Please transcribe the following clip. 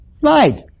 Right